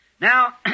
Now